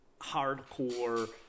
hardcore